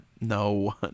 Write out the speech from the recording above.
No